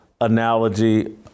analogy